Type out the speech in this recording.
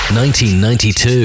1992